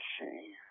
see